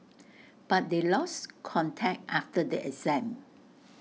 but they lost contact after the exam